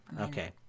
Okay